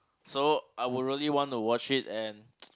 so I would really want to watch it and